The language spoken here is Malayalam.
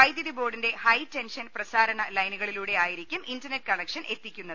വൈദ്യുതി ബോർഡിന്റെ ഹൈടെൻഷൻ പ്രസാരണ ലൈനു കളിലൂടെയായിരിക്കും ഇന്റർനെറ്റ് കണക്ഷൻ എത്തിക്കുന്നത്